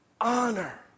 honor